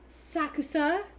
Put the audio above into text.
Sakusa